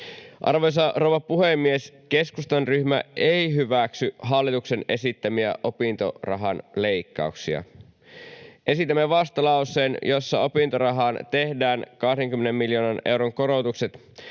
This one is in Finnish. Arvoisa rouva puhemies! Keskustan ryhmä ei hyväksy hallituksen esittämiä opintorahan leikkauksia. Esitämme vastalauseen, jossa opintorahaan tehdään 20 miljoonan euron korotukset.